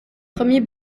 premier